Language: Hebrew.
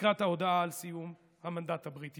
הייתי אומר, לקראת ההודעה על סיום המנדט הבריטי.